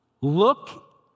Look